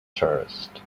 tourist